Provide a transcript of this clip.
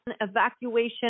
evacuation